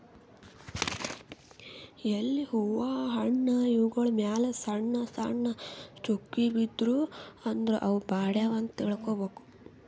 ಎಲಿ ಹೂವಾ ಹಣ್ಣ್ ಇವ್ಗೊಳ್ ಮ್ಯಾಲ್ ಸಣ್ಣ್ ಸಣ್ಣ್ ಚುಕ್ಕಿ ಬಿದ್ದೂ ಅಂದ್ರ ಅವ್ ಬಾಡ್ಯಾವ್ ಅಂತ್ ತಿಳ್ಕೊಬೇಕ್